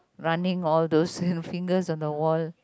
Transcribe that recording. running all those fingers on the wall